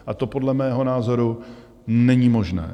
A to podle mého názoru není možné.